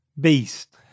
Beast